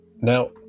now